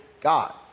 God